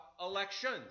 elections